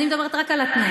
אני מדברת רק על התנאים,